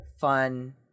fun